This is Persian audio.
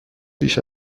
بیش